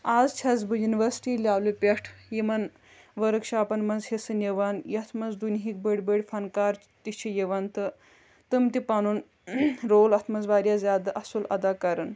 آز چھَس بہٕ یونیورسٹی لٮ۪ولہِ پٮ۪ٹھ یِمَن ؤرٕک شاپَن منٛز حصہٕ نِوان یَتھ منٛز دُنہِکۍ بٔڑۍ بٔڑۍ فَنکار تہِ چھِ یِوان تہٕ تِم تہِ پَنُن رول اَتھ منٛز واریاہ زیادٕ اَصٕل اَدا کَران